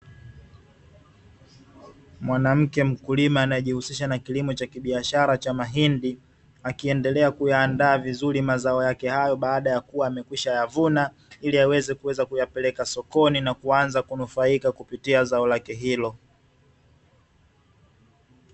Mwanamke mkulima anayejihusisha na kilimo cha kibiashara cha mahindi, akiendelea kuyaandaa vizuri mazao yake hayo baada ya kuwa amekwisha yavuna, ili aweze kuweza kuyapeleka sokoni na kuanza kunufaika kupitia zao lake hilo.